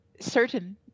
certain